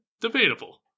debatable